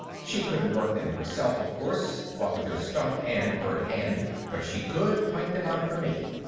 she couldn't work them herself of course, what with her stump and burnt hand, but she could point them out for me.